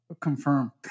confirm